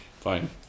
fine